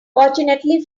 fortunately